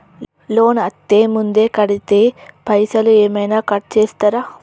Loan అత్తే ముందే కడితే పైసలు ఏమైనా కట్ చేస్తరా?